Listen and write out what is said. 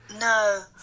No